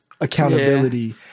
accountability